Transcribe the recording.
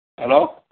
Hello